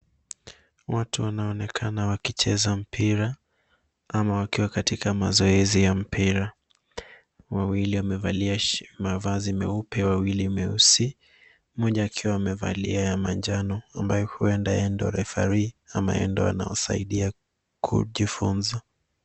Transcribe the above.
Watru wanaonekana wakicheza mpira ama wakiwa katika katika mazoezi ya mpira. Wawili wamevalia mavazi meupe, wawili meusi mmoja akiwa amevalia ya njano ambaye huenda yeye ndiye referee au yeye ndiye husaidia kujifunza.